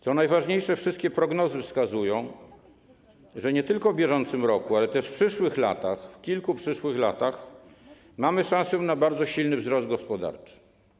Co najważniejsze, wszystkie prognozy wskazują, że nie tylko w bieżącym roku, ale też w kilku przyszłych latach mamy szansę na bardzo silny wzrost gospodarczy.